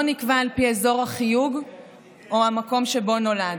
נקבע על פי אזור החיוג או המקום שבו הוא נולד.